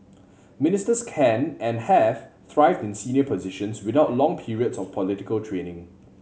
ministers can and have thrived in senior positions without long periods of political training